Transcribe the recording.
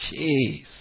jeez